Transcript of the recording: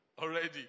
already